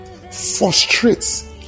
frustrates